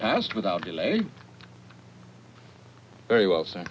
past without delay very well so